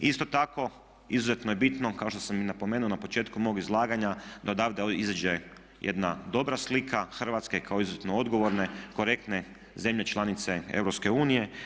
Isto tako izuzetno je bitno kao što sam i napomenuo na početku mog izlaganja da odavde izađe jedna dobra slika Hrvatske kao izuzetno odgovorne, korektne zemlje članice EU.